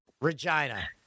Regina